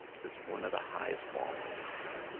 it's one of the highest forms of love.